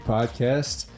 Podcast